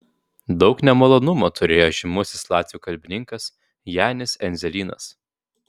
daug nemalonumų turėjo žymusis latvių kalbininkas janis endzelynas